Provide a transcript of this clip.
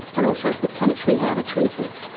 and also potentially how to treat it.